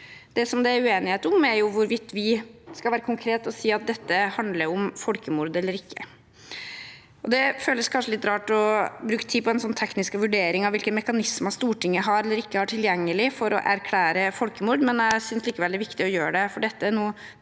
Det som det er uenighet om, er hvorvidt vi skal være konkrete og si at dette handler om folkemord, eller ikke. Det føles kanskje litt rart å bruke tid på en teknisk vurdering av hvilke mekanismer Stortinget har eller ikke har tilgjengelig for å erklære at det er folkemord, men jeg synes likevel det er viktig å gjøre det, for det er nå